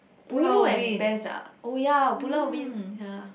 ulu and best ah oh ya Pulau-Ubin ya